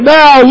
now